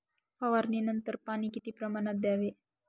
फवारणीनंतर पाणी किती प्रमाणात द्यावे?